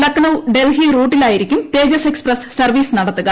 ലക്നൌ ഡൽഹി റൂട്ടിലായിരിക്കും Tejas express service നടത്തുക